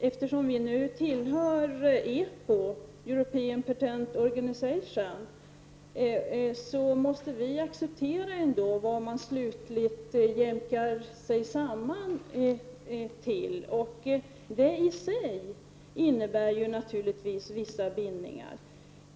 Eftersom vi nu tillhör EPO, European Patent Organization, måste vi acceptera vad man slutligt jämkar sig samman om, och det i sig innebär naturligtvis vissa bindningar.